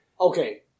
Okay